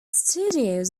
studios